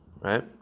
right